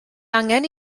angen